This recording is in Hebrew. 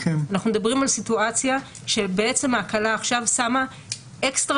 אנחנו מדברים על סיטואציה שההקלה עכשיו שמה אקסטרה